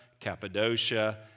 Cappadocia